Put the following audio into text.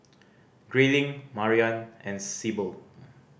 Grayling Mariann and Sibyl